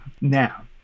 now